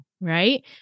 Right